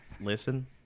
listen